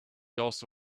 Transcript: also